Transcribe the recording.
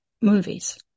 movies